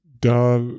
Da